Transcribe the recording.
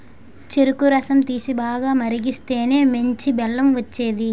చెరుకు రసం తీసి, బాగా మరిగిస్తేనే మంచి బెల్లం వచ్చేది